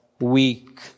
weak